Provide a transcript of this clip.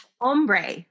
ombre